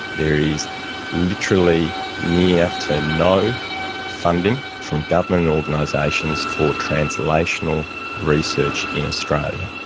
there is literally near to no funding from government and organisations for translational research in australia.